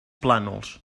plànols